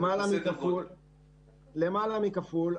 למעלה מכפול.